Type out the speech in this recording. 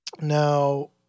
Now